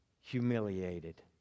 humiliated